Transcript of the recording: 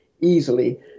easily